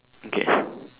okay